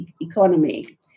economy